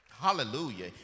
hallelujah